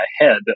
ahead